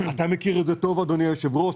אתה מכיר את זה טוב אדוני היושב ראש,